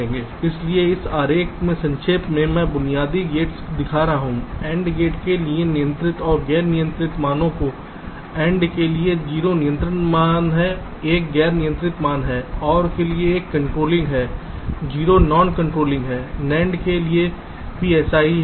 इसलिए इस आरेख में संक्षेप में मैं बुनियादी गेट्स दिखा रहा हूं AND गेट के लिए नियंत्रित और गैर नियंत्रित मानो को AND के लिए 0 नियंत्रण मान है 1 गैर नियंत्रित मान है OR के लिए 1 कंट्रोलिंग है 0 नॉन कंट्रोलिंग में है NAND के लिए भी ऐसा ही है